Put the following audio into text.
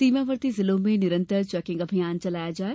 सीमावर्ती जिलों में निरन्तर चैकिंग अभियान चलाया जाये